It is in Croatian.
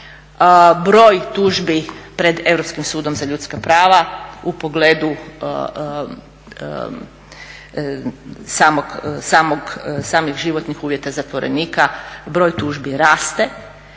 Broj tužbi pred Europskim sudom za ljudska prava u pogledu samih životnih uvjeta zatvorenika, broj tužbi raste